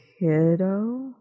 Kiddo